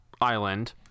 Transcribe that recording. island